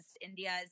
India's